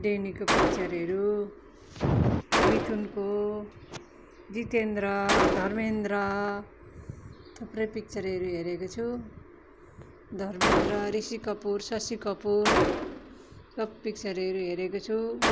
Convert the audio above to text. डेनीको पिकचरहरू मिथुनको जितेन्द्र धर्मेन्द्र थुप्रै पिक्चरहरू हेरेको छु धर्मेन्द्र ऋषि कपुर शशी कपुर सप पिक्चरहरू हेरेको छु